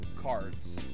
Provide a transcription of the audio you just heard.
Cards